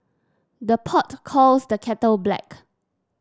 the pot calls the kettle black